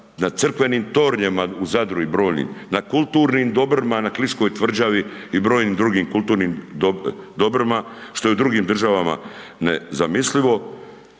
na crkvenim tornjevima u Zadru i brojnim, na kulturnim dobrima na Kliškoj tvrđavi i brojnim drugim kulturnim dobrima što je u drugim državama nezamislivo